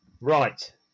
right